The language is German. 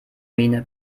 miene